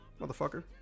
motherfucker